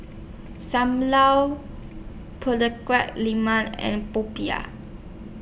SAM Lau and Popiah